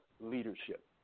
leadership